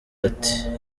ati